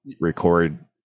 record